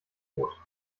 tot